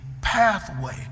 pathway